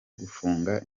gufunga